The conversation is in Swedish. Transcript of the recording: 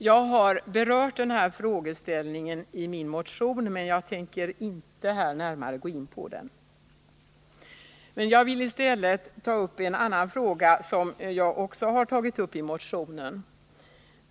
Jag har berört den här frågeställningen i min motion, men jag tänker här inte närmare gå in på den. Jag villi stället övergå till en annan fråga som jag tagit upp i motionen.